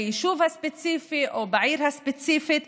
ביישוב ספציפי או בעיר ספציפית,